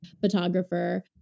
photographer